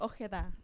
Ojeda